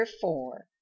Four